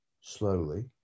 slowly